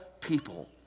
people